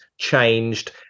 changed